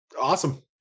Awesome